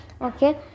okay